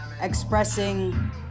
expressing